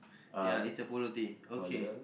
ya it's a polo tee okay